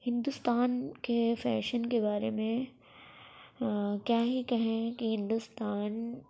ہندوستان کے فیشن کے بارے میں کیا ہی کہیں کہ ہندوستان